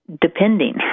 depending